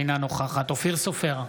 אינה נוכחת אופיר סופר,